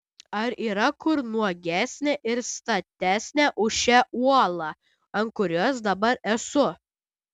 ar yra kur nuogesnė ir statesnė už šią uolą ant kurios dabar esu